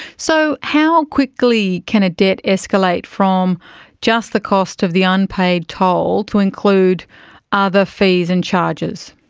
so how quickly can a debt escalate from just the cost of the unpaid toll to include other fees and charges?